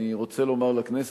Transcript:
אני רוצה לומר לכנסת,